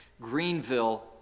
Greenville